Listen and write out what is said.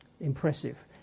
impressive